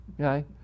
Okay